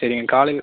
சரிங்க காலையில்